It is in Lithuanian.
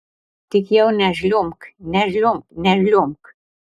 tik jau nežliumbk nežliumbk nežliumbk